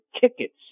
tickets